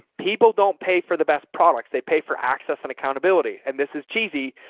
people don't pay for the best products they pay for access and accountability. and this is cheesy,